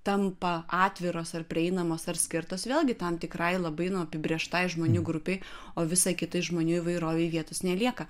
tampa atviros ar prieinamos ar skirtos vėlgi tam tikrai labai nu apibrėžtai žmonių grupei o visai kitai žmonių įvairovei vietos nelieka